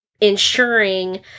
ensuring